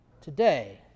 today